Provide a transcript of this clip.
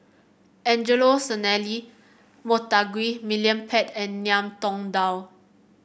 Angelo Sanelli Montague William Pett and Ngiam Tong Dow